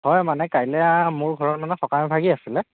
হয় মানে কাইলৈ মোৰ ঘৰত মানে সকাম এভাগি আছিলে